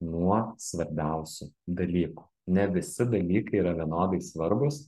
nuo svarbiausių dalykų ne visi dalykai yra vienodai svarbūs